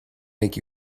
make